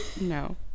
No